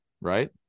right